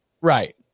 Right